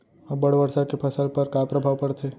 अब्बड़ वर्षा के फसल पर का प्रभाव परथे?